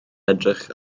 edrych